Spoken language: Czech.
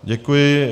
Děkuji.